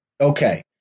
okay